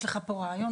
יש לך פה רעיון,